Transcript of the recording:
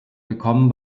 gekommen